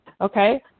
okay